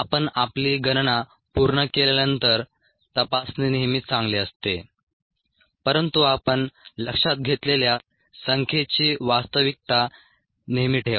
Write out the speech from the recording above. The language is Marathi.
आपण आपली गणना पूर्ण केल्यानंतर तपासणे नेहमीच चांगले असते परंतु आपण लक्षात घेतलेल्या संख्येची वास्तविकता नेहमी ठेवा